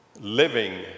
living